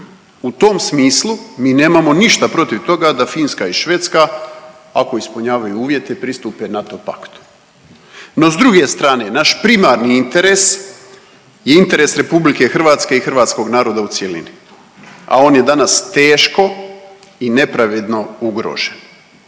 U tom smislu mi nemamo ništa protiv toga da Finska i Švedska, ako ispunjavaju uvjete, pristupe NATO paktu. No, s druge strane, naš primarni interes je interes RH i hrvatskog naroda u cjelini, a on je danas teško i nepravedno ugrožen